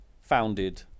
founded